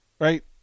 right